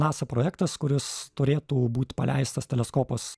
nasa projektas kuris turėtų būt paleistas teleskopas